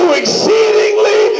exceedingly